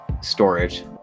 storage